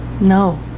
No